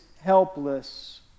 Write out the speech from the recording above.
helpless